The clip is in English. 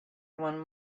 one